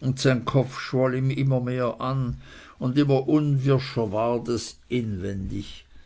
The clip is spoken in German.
und sein kopf schwoll immer mehr an und immer unwirscher ward es inwendig